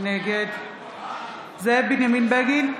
נגד זאב בנימין בגין,